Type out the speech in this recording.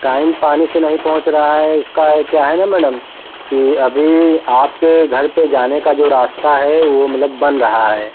time पानी से नहीं पहुँच रहा है इसका क्या है न मैडम कि अभी आपके घर पर जाने का जो रास्ता है वो मतलब बन रहा है